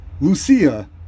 Lucia